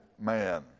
man